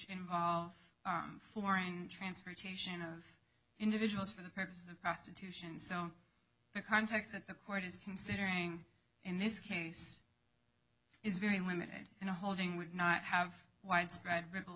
involve floor and transportation of individuals for the purposes of prostitution so the context that the court is considering in this case is very limited and a holding would not have widespread ripple